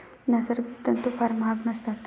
नैसर्गिक तंतू फार महाग नसतात